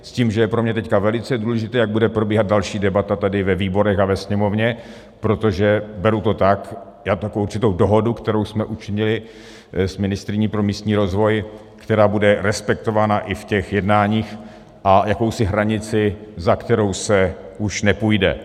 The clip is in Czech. S tím, že je pro mě teď velice důležité, jak bude probíhat další debata tady ve výborech a ve Sněmovně, protože beru to tak jako určitou dohodu, kterou jsme učinili s ministryní pro místní rozvoj, která bude respektována i v těch jednáních, a jakousi hranici, za kterou se už nepůjde.